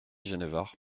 genevard